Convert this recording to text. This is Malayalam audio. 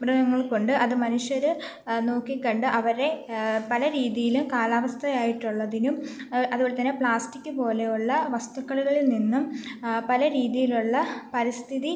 മൃഗങ്ങൾക്കുണ്ട് അതു മനുഷ്യർ നോക്കിക്കണ്ട് അവരെ പല രീതിയിൽ കാലാവസ്ഥയായിട്ടുള്ളതിനും അതുപോലെത്തന്നെ പ്ലാസ്റ്റിക്ക് പോലെ ഉള്ള വസ്തുക്കളിൽ നിന്നും പല രീതിയിലുള്ള പരിസ്ഥിതി